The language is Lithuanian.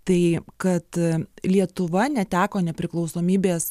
tai kad lietuva neteko nepriklausomybės